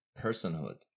personhood